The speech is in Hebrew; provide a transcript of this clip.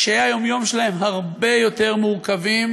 קשיי היום-יום שלהם הרבה יותר מורכבים